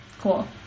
Cool